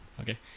Okay